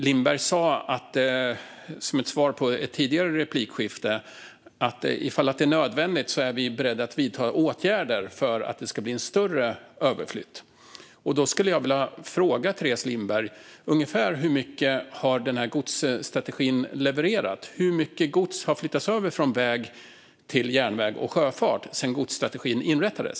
Lindberg sa som ett svar i ett tidigare replikskifte att man om det är nödvändigt är beredd att vidta åtgärder för att det ska bli en större överflytt. Jag skulle vilja fråga Teres Lindberg: Ungefär hur mycket har den här godsstrategin levererat? Hur mycket gods har flyttats över från väg till järnväg och sjöfart sedan godsstrategin inrättades?